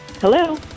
Hello